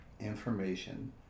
information